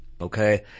okay